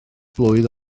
blwydd